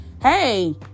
hey